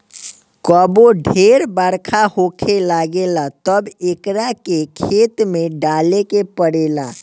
कबो ढेर बरखा होखे लागेला तब एकरा के खेत में डाले के पड़ेला